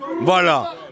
Voilà